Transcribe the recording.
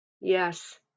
Yes